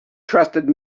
trusted